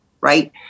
right